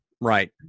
Right